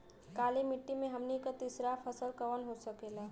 काली मिट्टी में हमनी के तीसरा फसल कवन हो सकेला?